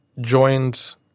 joined